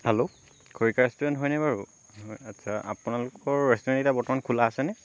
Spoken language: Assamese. হেল্ল' খৰিকা ৰেষ্টুৰেণ্ট হয় নাই বাৰু আটচা আপোনালোকৰ ৰেঁষ্টুৰেণ্ট বৰ্তমান এতিয়া খোলা আছেনে